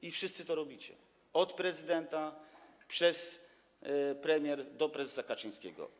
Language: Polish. I wszyscy to robicie - od prezydenta przez premier do prezesa Kaczyńskiego.